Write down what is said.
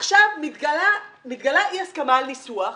עכשיו מתגלה אי הסכמה על ניסוח,